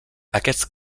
aquest